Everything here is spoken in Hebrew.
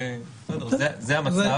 בסדר, זה המצב.